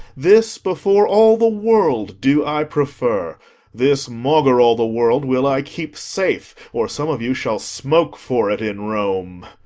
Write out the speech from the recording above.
this before all the world do i prefer this maugre all the world will i keep safe, or some of you shall smoke for it in rome.